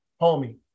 Homie